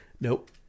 Nope